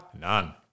none